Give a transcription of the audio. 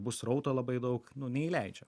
bus srauto labai daug nu neįleidžia